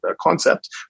concept